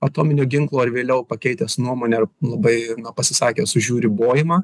atominio ginklo ir vėliau pakeitęs nuomonę ar labai pasisakęs už jų ribojimą